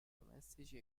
domestici